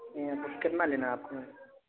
تو کتنا لینا ہے آپ کو